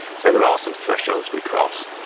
so there are some thresholds we cross.